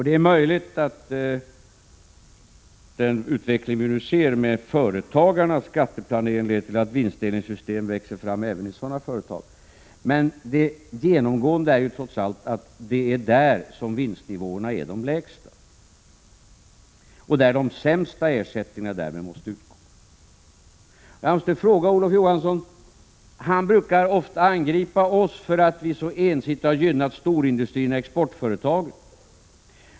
Det är möjligt att den utveckling som vi nu ser vad gäller företagarnas skatteplanering, leder till att vinstdelningssystem växer fram = Prot. 1986/87:135 även i glesbygdsföretag, men trots allt är vinstnivåerna där de lägsta, och 3 juni 1987 därmed kommer de också att betala ut de lägsta insättningarna. Jag måste ställa en fråga till Olof Johansson, som ofta angriper oss för att vi så ensidigt har gynnat storindustrin och exportföretagen.